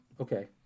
okay